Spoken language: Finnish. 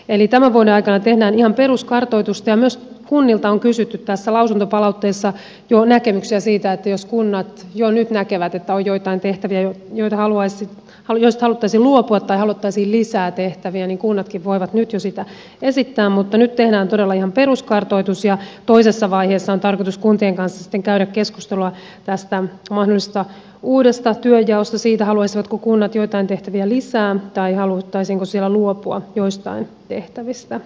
eli tämän vuoden aikana tehdään ihan peruskartoitusta ja myös kunnilta on kysytty tässä lausuntopalautteessa jo näkemyksiä siitä että jos kunnat jo nyt näkevät että on joitain tehtäviä joista haluttaisiin luopua tai haluttaisiin lisää tehtäviä niin kunnatkin voivat nyt jo sitä esittää mutta nyt tehdään todella ihan peruskartoitus ja toisessa vaiheessa on tarkoitus kuntien kanssa sitten käydä keskustelua tästä mahdollisesta uudesta työnjaosta siitä haluaisivatko kunnat joitain tehtäviä lisää tai haluttaisiinko siellä luopua joistain tehtävistä